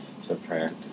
Subtract